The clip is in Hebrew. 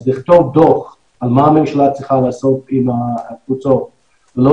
אז לכתוב דוח על מה הממשלה צריכה לעשות עם התפוצות ולא